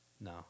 No